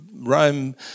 Rome